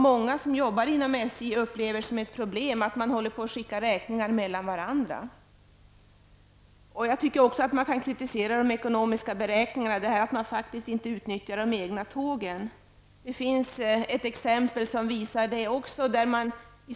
Många som arbetar inom SJ upplever det som ett problem att hålla på att skicka räkningar mellan varandra. Jag tycker också att man kan kritisera de ekonomiska beräkningarna, att SJ inte utnyttjar de egna tågen. Det finns ett exempel som visar det.